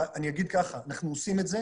עם כמה שחשובה לנו קרן העושר אנחנו לא נאפשר